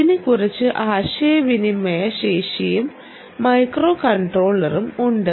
ഇതിന് കുറച്ച് ആശയവിനിമയ ശേഷിയും മൈക്രോകൺട്രോളറും ഉണ്ട്